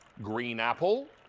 green apple,